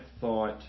thought